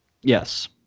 Yes